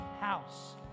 house